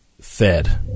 Fed